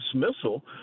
dismissal